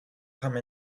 come